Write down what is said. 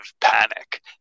panic